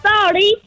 Sorry